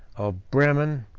of bremen,